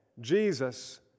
Jesus